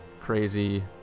crazy